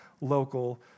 local